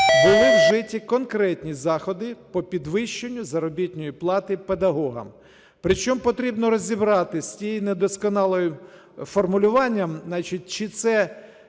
були вжиті конкретні заходи по підвищенню заробітної плати педагогам, причому потрібно розібратися з тим недосконалим формулюванням, значить, чи це